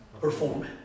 perform